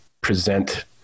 present